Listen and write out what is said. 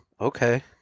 Okay